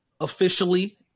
officially